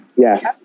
Yes